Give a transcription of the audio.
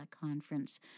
conference